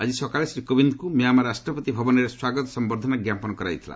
ଆଙ୍କି ସକାଳେ ଶ୍ରୀ କୋବିନ୍ଦଙ୍କୁ ମ୍ୟାମାର୍ ରାଷ୍ଟ୍ରପତି ଭବନଠାରେ ସ୍ୱାଗତ ସମ୍ଭର୍ଦ୍ଧନା ଜ୍ଞାପନ କରାଯାଇଥିଲା